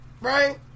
right